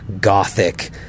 gothic